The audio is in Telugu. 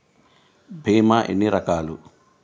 భీమ ఎన్ని రకాలు?